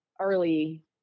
early